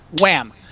Wham